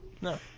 No